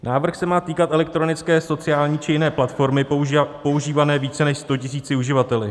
Návrh se má týkat elektronické sociální či jiné platformy používané více než sto tisíci uživateli.